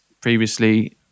previously